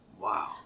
wow